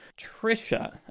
trisha